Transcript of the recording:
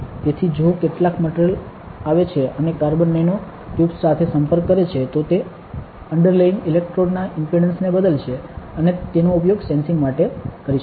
તેથી જો કેટલાક મટિરિયલ આવે છે અને કાર્બન નેનો ટ્યુબ્સ સાથે સંપર્ક કરે છે તો તે અંડરલેઇન્ગ ઇલેક્ટ્રોડ ના ઇમ્પિડન્સ ને બદલશે અને તેનો ઉપયોગ સેન્સીંગ માટે કરી શકાય છે